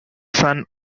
son